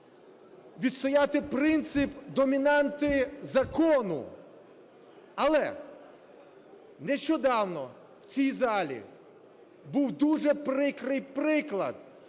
відстояти принцип домінанти закону. Але нещодавно в цій залі був дуже прикрий приклад,